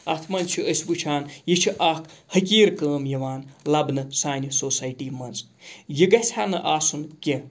اَتھ منٛز چھِ أسۍ وٕچھان یہِ چھِ اَکھ حٔکیٖر کٲم یِوان لَبنہٕ سانہِ سوسایٹی منٛز یہِ گَژھِ ہا نہٕ آسُن کیٚنہہ